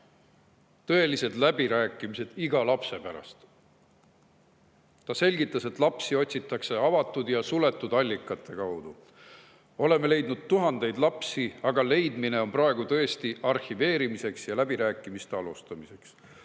Tõelised läbirääkimised iga lapse pärast. Ta selgitas, et lapsi otsitakse avatud ja suletud allikate kaudu. "Oleme leidnud tuhandeid lapsi, aga leidmine on praegu tõesti arhiveerimiseks ja läbirääkimiste alustamiseks.